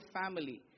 family